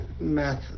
math